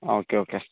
okay okay